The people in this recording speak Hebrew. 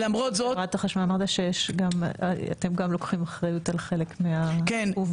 אמרת שאתם גם לוקחים אחריות על חלק מהעיכוב.